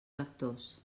lectors